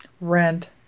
rent